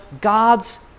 god's